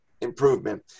improvement